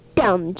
dumb